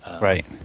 Right